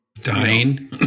dying